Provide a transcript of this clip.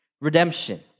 redemption